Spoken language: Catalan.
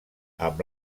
amb